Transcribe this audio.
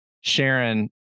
Sharon